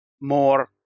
more